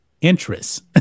interest